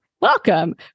welcome